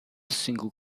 single